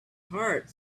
heart